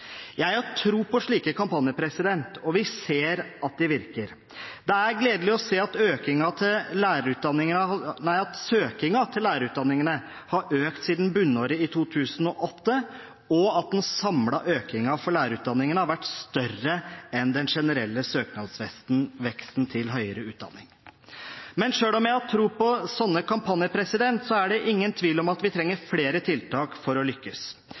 Jeg har tro på slike kampanjer, og vi ser at de virker. Det er gledelig å se at søkningen til lærerutdanningene har økt siden bunnåret i 2008, og at den samlede økningen for lærerutdanningene har vært større enn den generelle søknadsveksten til høyere utdanning. Men selv om jeg har tro på slike kampanjer, er det ingen tvil om at vi trenger flere tiltak for å lykkes.